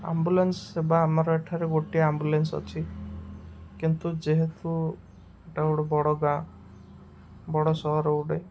ambulance ସେବା ଆମର ଏଠାରେ ଗୋଟିଏ ଆମ୍ବୁଲାନ୍ସ ଅଛି କିନ୍ତୁ ଯେହେତୁ ଏଇଟା ଗୋଟେ ବଡ଼ ଗାଁ ବଡ଼ ସହର ଗୋଟେ